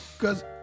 Cause